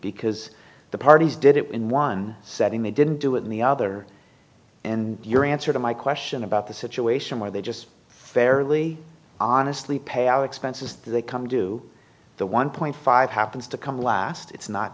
because the parties did it in one setting they didn't do it in the other in your answer to my question about the situation where they just fairly honestly pay our expenses they come due the one point five happens to come last it's not